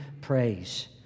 praise